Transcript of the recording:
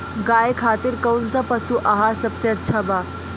गाय खातिर कउन सा पशु आहार सबसे अच्छा बा?